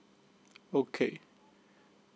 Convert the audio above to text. okay